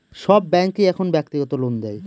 সব ব্যাঙ্কই এখন ব্যক্তিগত লোন দেয়